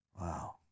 Wow